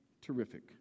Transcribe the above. Terrific